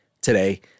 today